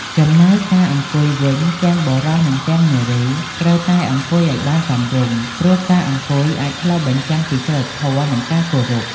ចំណែកការអង្គុយវិញទាំងបុរស និងទាំងនារីត្រូវតែអង្គុយឲ្យបានសមរម្យ ព្រោះការអង្គុយអាចឆ្លុះបញ្ចាំងពី សីលធម៌ និងការគោរព។